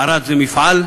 ערד היא מפעל,